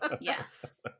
Yes